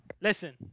Listen